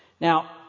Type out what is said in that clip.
Now